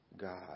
God